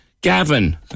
Gavin